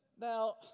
Now